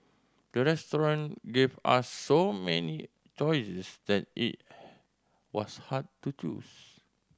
the restaurant gave us so many choices that it was hard to choose